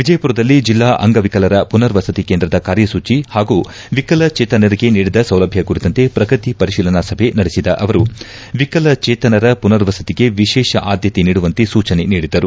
ವಿಜಯಪುರದಲ್ಲಿ ಜಿಲ್ಲಾ ಅಂಗವಿಕಲರ ಪುನರ್ವಸತಿ ಕೇಂದ್ರದ ಕಾರ್ಯಸೂಚಿ ಹಾಗೂ ವಿಕಲಚೇತನರಿಗೆ ನೀಡಿದ ಸೌಲಭ್ವ ಕುರಿತಂತೆ ಪ್ರಗತಿ ಪರಿಶೀಲನಾ ಸಭೆ ನಡೆಸಿದ ಅವರು ವಿಕಲಚೇತನರ ಪುನರ್ವಸತಿಗೆ ವಿಶೇಷ ಆದ್ಯತೆ ನೀಡುವಂತೆ ಸೂಚನೆ ನೀಡಿದರು